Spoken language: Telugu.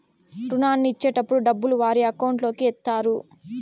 రుణాన్ని ఇచ్చేటటప్పుడు డబ్బులు వారి అకౌంట్ లోకి ఎత్తారు